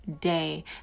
day